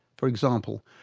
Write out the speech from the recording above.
for example,